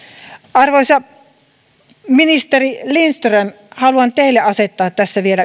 arvoisa ministeri lindström haluan teille asettaa tässä vielä